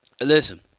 listen